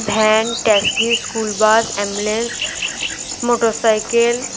van taxi school bus ambulance motorcycle